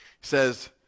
says